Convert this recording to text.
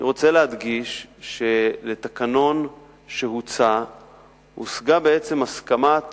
אני רוצה להדגיש שלתקנון שהוצע הושגה בעצם הסכמת